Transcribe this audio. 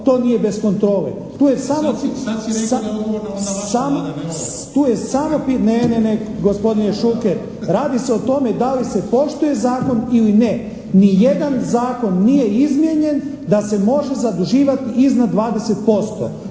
to nije bez kontrole. Tu je samo, samo, …… /Upadica se ne razumije./ … Tu je samo, ne, ne, ne gospodine Šuker. Radi se o tome da li se poštuje zakon ili ne? Nijedan zakon nije izmijenjen da se može zaduživati iznad 20%.